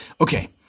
Okay